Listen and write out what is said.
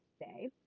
say